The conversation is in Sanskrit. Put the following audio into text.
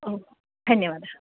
ओ धन्यवादः